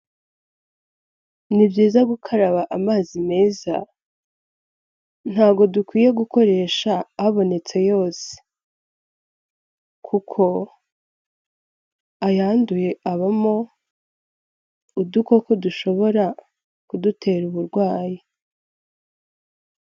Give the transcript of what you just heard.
Ni byiza gukaraba amazi meza, ntago dukwiye gukoresha abonetse yose kuko ayanduye abamo udukoko dushobora kudutera uburwayi.